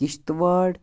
Kishtwar